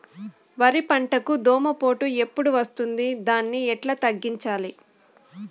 వరి పంటకు దోమపోటు ఎప్పుడు వస్తుంది దాన్ని ఎట్లా తగ్గించాలి?